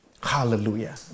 Hallelujah